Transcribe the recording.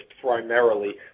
primarily